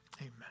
amen